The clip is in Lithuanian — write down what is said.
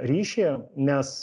ryšį nes